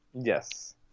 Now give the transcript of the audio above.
yes